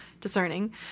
discerning